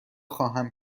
خواهم